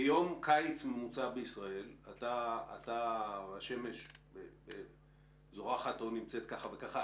ביום קיץ ממוצע בישראל השמש זורחת כך וכך שעות,